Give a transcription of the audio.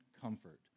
comfort